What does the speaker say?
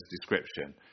description